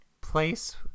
place